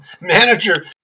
manager